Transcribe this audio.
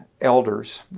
elders